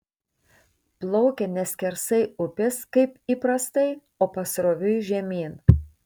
plaukia ne skersai upės kaip įprastai o pasroviui žemyn